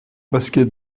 basket